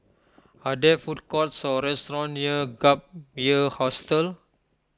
are there food courts or restaurants near Gap Year Hostel